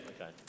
Okay